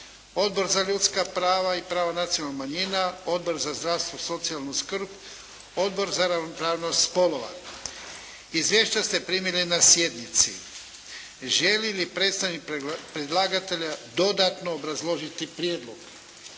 Odbor za ljudska prava i prava nacionalnih manjina, Odbor za zdravstvo i socijalnu skrb, Odbor za ravnopravnost spolova. Izvješća ste primili na sjednici. Želi li predstavnik predlagatelja dodatno obrazložiti prijedlog?